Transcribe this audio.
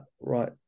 right